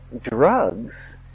drugs